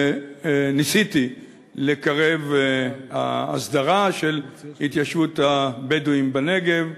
וניסיתי לקרב הסדרה של התיישבות הבדואים בנגב.